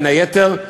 בין היתר,